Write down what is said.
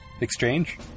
exchange